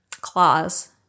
Clause